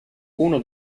uno